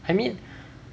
I mean